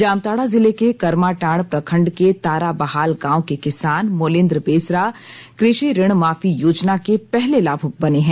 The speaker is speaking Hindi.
जामताड़ा जिले के करमाटांड़ प्रखंड के ताराबहाल गांव के किसान मोलिंद्र बेसरा कृषि ऋण माफी योजना के पहले लाभुक बने हैं